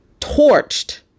torched